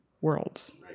worlds